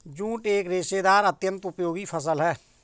jute एक रेशेदार अत्यन्त उपयोगी फसल है